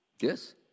Yes